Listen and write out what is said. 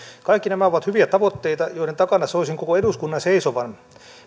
kaikki nämä ovat hyviä tavoitteita joiden takana soisin koko eduskunnan seisovan